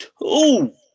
Two